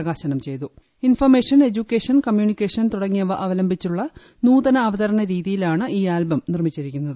പ്രകാശനം information education communication തുടങ്ങിയവ അവലംബിച്ചുള്ള നൂതന അവതരണ രീതിയിലാണ് ഈ ആൽബം നിർമ്മിച്ചിരിക്കുന്നത്